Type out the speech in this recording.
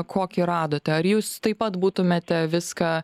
kokį radote ar jūs taip pat būtumėte viską